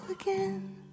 again